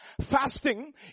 Fasting